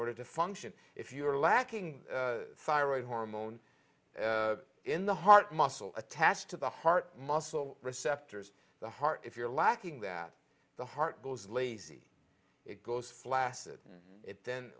order to function if you are lacking thyroid hormone in the heart muscle attached to the heart muscle receptors the heart if you're lacking that the heart goes lazy it goes flacid it then